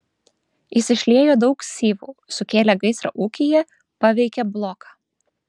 jis išliejo daug syvų sukėlė gaisrą ūkyje paveikė bloką